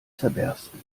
zerbersten